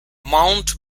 mount